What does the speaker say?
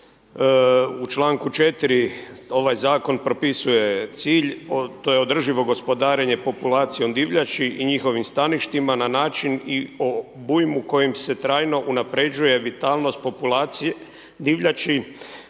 u članku 4. ovaj zakon propisuje cilj to je održivo gospodarenje populacijom divljači i njihovim staništima na način i obujmu kojim se trajno unapređuje vitalnost populacije divljači,